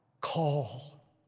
call